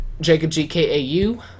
JacobGKAU